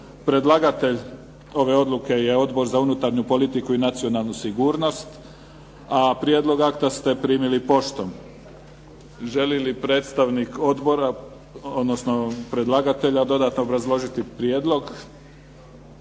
Predlagatelj ove odluke je Odbor za unutarnju politiku i nacionalnu sigurnost, a prijedlog akta ste primili poštom. Želi li predstavnik predlagatelja dodatno obrazložiti prijedlog?